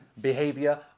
behavior